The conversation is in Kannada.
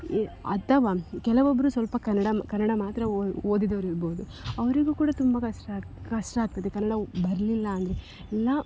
ಅಥವಾ ಕೆಲವೊಬ್ಬರು ಸ್ವಲ್ಪ ಕನ್ನಡ ಕನ್ನಡ ಮಾತ್ರ ಓದಿದವ್ರು ಇರ್ಬೌದು ಅವರಿಗು ಕೂಡ ತುಂಬ ಕಷ್ಟ ಆಗ ಕಷ್ಟ ಆಗ್ತದೆ ಕನ್ನಡ ಬರಲಿಲ್ಲ ಅಂದರೆ ಇಲ್ಲ